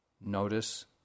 Notice